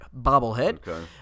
bobblehead